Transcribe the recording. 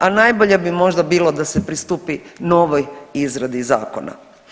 A najbolje bi možda bilo da se pristupi novoj izradi zakona.